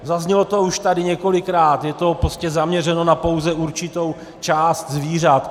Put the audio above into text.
Zaznělo to tady už několikrát, je to prostě zaměřeno pouze na určitou část zvířat.